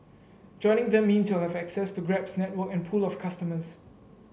joining them means you'll have access to Grab's network and pool of customers